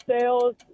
sales